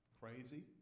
crazy